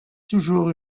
toujours